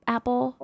Apple